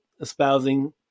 espousing